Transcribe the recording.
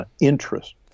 interest